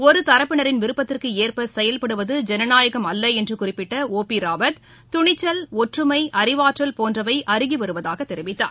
ஒருதரப்பினரின் விருப்பத்திற்கேற்பசெயல்படுவது ஜனநாயகம் அல்லஎன்றுகுறிப்பிட்ட பிராவத் துணிச்சல் ஒற்றுமை அறிவாற்றல் போன்றவைஅருகிவருவதாககூறினார்